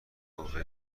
اوبر